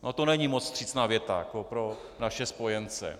No, to není moc vstřícná věta pro naše spojence.